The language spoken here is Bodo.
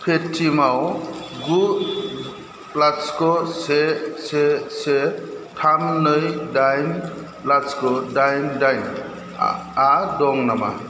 पेटिएमाव गु लाथिख' से से से थाम नै दाइन लाथिख' दाइन दाइनआ दं नामा